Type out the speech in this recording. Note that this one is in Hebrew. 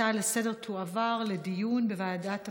הצעה לסדר-היום תועבר לדיון בוועדת הפנים.